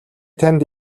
танд